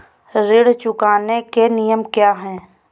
ऋण चुकाने के नियम क्या हैं?